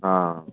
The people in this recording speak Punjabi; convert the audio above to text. ਹਾਂ